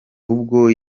ubwo